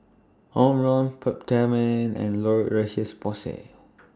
Omron Peptamen and La Roche Porsay